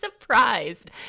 surprised